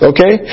Okay